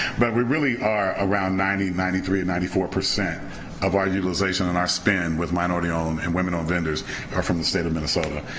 but we really are around ninety, ninety three, ninety four percent of our utilization and our spend with minority owned and women owned ah vendors are from the state of minnesota.